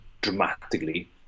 dramatically